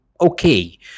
okay